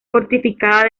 fortificada